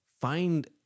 find